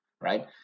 right